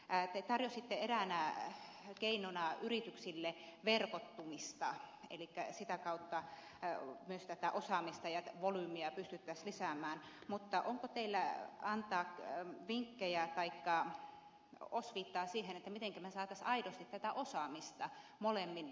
te tarjositte eräänä keinona yrityksille verkottumista elikkä sitä kautta myös osaamista ja volyymia pystyttäisiin lisäämään mutta onko teillä antaa vinkkejä tai osviittaa siihen mitenkä me saisimme aidosti tätä osaamista molemmille puolille